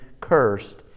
cursed